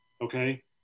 Okay